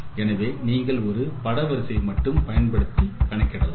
எனவே நீங்கள் ஒரு படவரிசை மட்டும் பயன்படுத்தி கணக்கிடலாம்